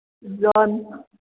john